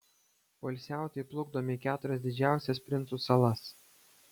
poilsiautojai plukdomi į keturias didžiausias princų salas